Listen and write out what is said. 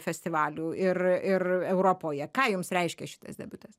festivalių ir ir europoje ką jums reiškia šitas debiutas